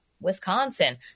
wisconsin